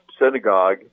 synagogue